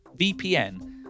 VPN